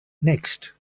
next